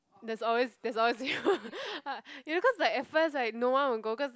there's always there's always you because like at first like no one would go cause